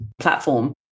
platform